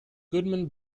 goodman